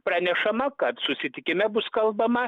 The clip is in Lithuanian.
pranešama kad susitikime bus kalbama